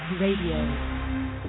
Radio